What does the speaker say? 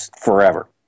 forever